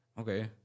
Okay